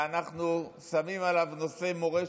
ואנחנו שמים עליו נושא מורשת,